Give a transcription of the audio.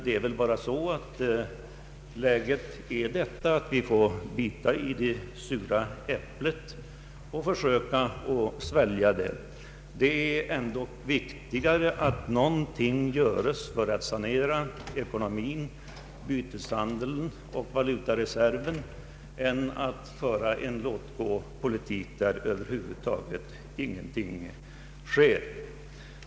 Vi får bita i det sura äpplet och försöka svälja det. Det är viktigare att göra någonting för att sanera ekonomin, byteshandeln och valutareserven än att föra en låtgåpolitik där över huvud taget ingenting sker.